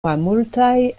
malmultaj